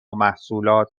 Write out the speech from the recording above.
محصولات